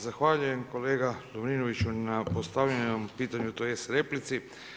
Zahvaljujem kolega Lovrinoviću na postavljenom pitanju tj. replici.